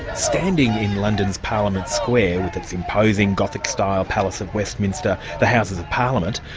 standing in london's parliament square, with its imposing gothic-style palace of westminster, the houses of parliament,